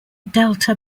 delta